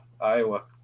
Iowa